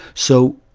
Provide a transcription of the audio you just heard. so,